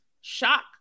shock